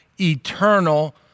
eternal